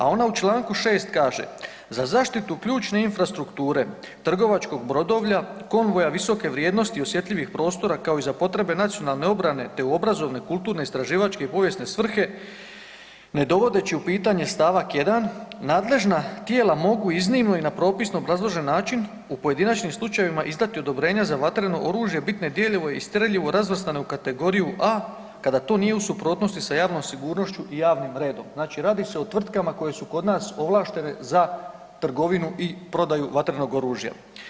A ona u čl. 6. kaže: „Za zaštitu ključne infrastrukture trgovačkog brodovlja, konvoja visoke vrijednosti i osjetljivih prostora, kao i za potrebe nacionalne obrane, te u obrazovne, kulturne i istraživačke i povijesne svrhe ne dovodeći u pitanje st. 1. nadležna tijela mogu iznimno i na propisno obrazložen način u pojedinačnim slučajevima izdati odobrenja za vatreno oružje i bitne dijelove i streljivo razvrstano u kategoriju A kada to nije u suprotnosti sa javnom sigurnošću i javnim redom.“ Znači radi se o tvrtkama koje su kod nas ovlaštene za trgovinu i prodaju vatrenog oružja.